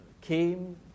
came